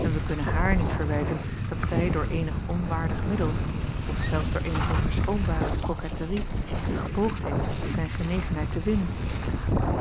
en wij kunnen haar niet verwijten dat zij door eenig onwaardig middel of zelfs door eenige verschoonbare koketterie gepoogd heeft zijn genegenheid te winnen